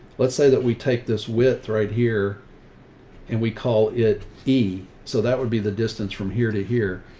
let's say that we take this width right here and we call it e so that would be the distance from here to here.